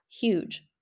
huge